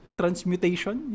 transmutation